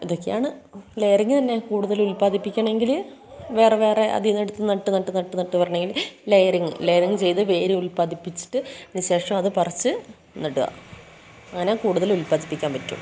ഇതൊക്കെയാണ് ലെയറിങ്ങ് തന്നെ കൂടുതൽ ഉൽപാദിപ്പിക്കണമെങ്കിൽ വേറെ വേറെ അതിൽനിന്ന് എടുത്ത് നട്ട് നട്ട് നട്ട് നട്ട് വരണമെങ്കിൽ ലെയറിങ്ങ് ലെയറിങ്ങ് ചെയ്തു വേരുല്പാതിപ്പിച്ചിട്ടു ശേഷം അത് പറിച്ച് നടുക അങ്ങനെ കൂടുതൽ ഉൽപാദിപ്പിക്കാൻ പറ്റും